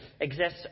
exists